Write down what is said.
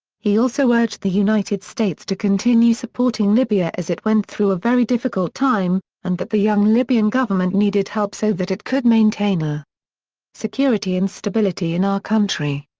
he also urged the united states to continue supporting libya as it went through a very difficult time and that the young libyan government needed help so that it could maintain. ah security and stability in our country.